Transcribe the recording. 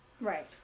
Right